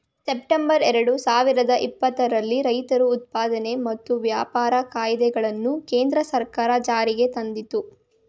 September ಎರಡು ಸಾವಿರದ ಇಪ್ಪತ್ತರಲ್ಲಿ ರೈತರ ಉತ್ಪನ್ನ ಮತ್ತು ವ್ಯಾಪಾರ ಕಾಯ್ದೆಗಳನ್ನು ಕೇಂದ್ರ ಸರ್ಕಾರ ಜಾರಿಗೆ ತಂದಿತು